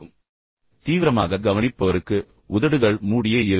சுறுசுறுப்பான கேட்பவருக்கு உதடுகள் மூடியே இருக்கும்